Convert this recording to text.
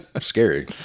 scary